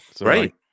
Right